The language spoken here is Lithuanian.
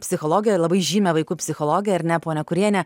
psichologijoj labai žymią vaikų psichologę ar ne ponią kurienę